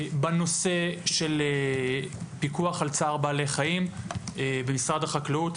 בנושא של פיקוח על צער בעלי חיים במשרד החקלאות.